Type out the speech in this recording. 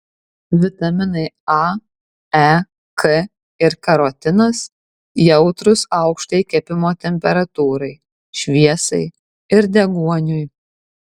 vitaminai a e k ir karotinas jautrūs aukštai kepimo temperatūrai šviesai ir deguoniui